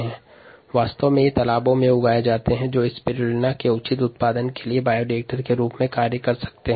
spirulina वास्तव में तालाबों में संवर्धित किये जाते हैं जो उचित उत्पादन के लिए बायोरिएक्टर के रूप में कार्य करते हैं